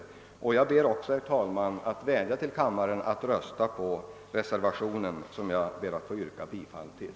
Därför vill även jag, herr talman, vädja till kammarens ledamöter att rösta för reservationen, som jag ber att få yrka bifall till.